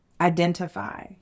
identify